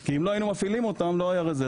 כי אם לא היינו מפעילים אותן, לא היה רזרבה.